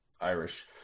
Irish